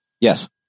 Yes